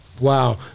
Wow